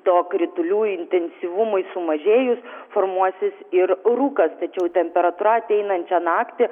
to kritulių intensyvumui sumažėjus formuosis ir rūkas tačiau temperatūra ateinančią naktį